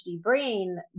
brain